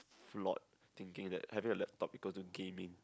flawed thinking that having a laptop equals to gaming